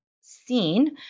seen